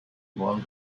doğal